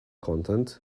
content